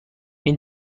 این